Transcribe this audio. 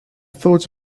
thought